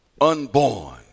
unborn